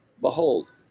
behold